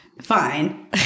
fine